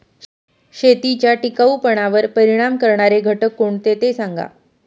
शेतीच्या टिकाऊपणावर परिणाम करणारे घटक कोणते ते सांगा